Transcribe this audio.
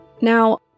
Now